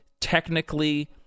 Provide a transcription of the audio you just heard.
technically